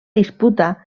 disputa